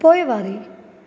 पोइवारी